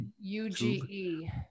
U-G-E